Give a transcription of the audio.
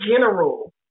general